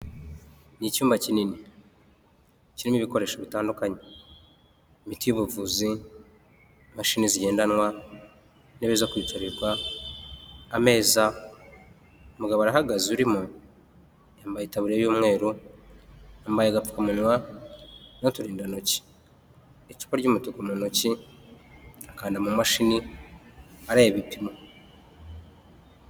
Ni icyumba kinini kirimo ibikoresho bitandukanye, imiti y'ubuvu, imashini zigendanwa, intebe zo kwicarirwa, ameza, umugabo arahagaze urimo, yambaye itaburiya y'umweru, yambaye agapfuka munwa n'uturindantoki, icupa ry'umutuku mu ntoki, arakanda mu mashini areba ibi ipimo.